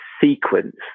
sequence